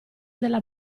della